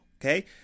okay